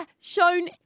shown